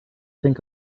think